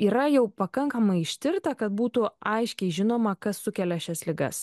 yra jau pakankamai ištirta kad būtų aiškiai žinoma kas sukelia šias ligas